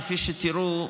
כפי שתראו,